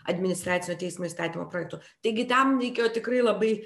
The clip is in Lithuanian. administracinio teismo įstatymo projektų taigi tam reikėjo tikrai labai